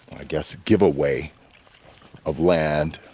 i guess, give away of land